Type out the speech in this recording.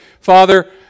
Father